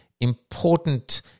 important